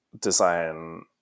design